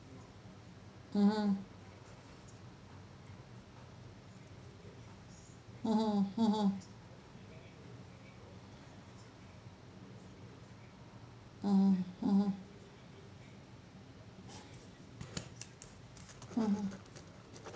mmhmm mmhmm mmhmm mm mmhmm mmhmm